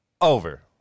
Over